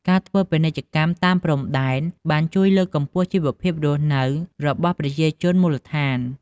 ការធ្វើពាណិជ្ជកម្មតាមព្រំដែនបានជួយលើកកម្ពស់ជីវភាពរស់នៅរបស់ប្រជាជនមូលដ្ឋាន។